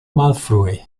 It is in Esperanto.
malfrue